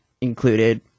included